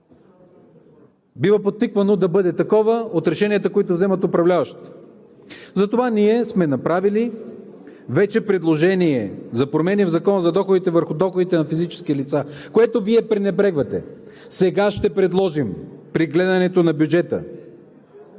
бива подтиквано да бъде такова от решенията, които вземат управляващите. Затова ние вече сме направили предложение за промени в Закона за данък върху доходите на физическите лица, което Вие пренебрегвате. Сега при гледането на бюджета